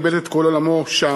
איבד את כל עולמו שם,